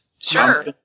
Sure